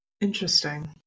Interesting